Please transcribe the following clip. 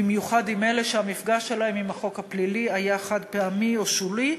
במיוחד עם אלה שהמפגש שלהם עם החוק הפלילי היה חד-פעמי או שולי,